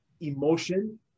emotion